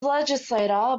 legislator